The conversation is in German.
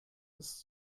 ist